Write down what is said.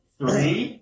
three